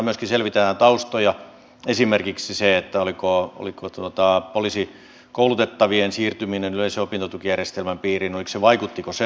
myöskin selvitellään taustoja esimerkiksi se vaikuttiko muun muassa poliisikoulutettavien siirtyminen yleisen opintotukijärjestelmän piiriin on se vaikuttiko se